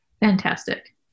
Fantastic